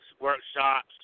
workshops